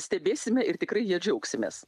stebėsime ir tikrai ja džiaugsimės